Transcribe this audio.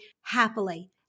happily